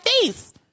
face